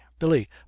billy